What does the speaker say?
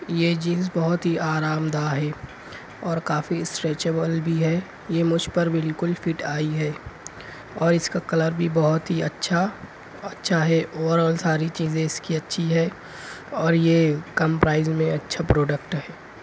یہ جینس بہت ہی آرام دا ہے اور کافی اسٹریچبل بھی ہے یہ مجھ پر بالکل فٹ آئی ہے اور اس کا کلر بھی بہت ہی اچھا اچھا ہے اور ساری چیزیں اس کی اچھی ہے اور یہ کم پرائز میں اچھا پروڈکٹ ہے